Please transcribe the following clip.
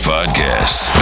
Podcast